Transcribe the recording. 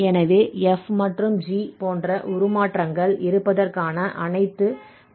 எனவே f மற்றும் g போன்ற உருமாற்றங்கள் இருப்பதற்கான அனைத்து பண்புகளையும் கொண்டுள்ளது